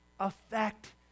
affect